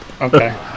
okay